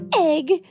egg